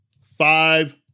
Five